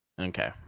Okay